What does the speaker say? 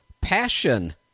passion